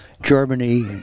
Germany